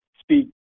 speak